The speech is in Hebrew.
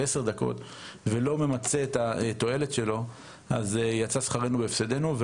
10 דקות הוא לא ממצה את התועלת שלו ואז יצא שכרנו בהפסדנו.